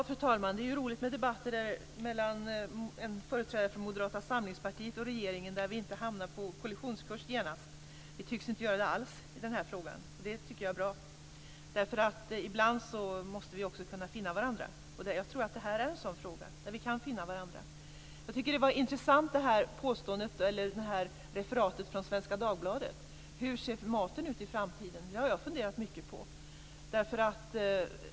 Fru talman! Det är roligt med debatter mellan en företrädare för Moderata samlingspartier och regeringen, där vi inte genast hamnar på kollisionskurs. Vi tycks inte göra det alls i denna fråga. Det tycker jag är bra, därför att ibland måste vi också kunna finna varandra. Jag tror att detta är en sådan fråga där vi kan finna varandra. Jag tycker att referatet från Svenska Dagbladet var intressant. Hur maten kommer att se ut i framtiden är en fråga som jag har funderat mycket på.